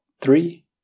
three